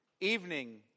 Evening